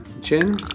gin